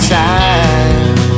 time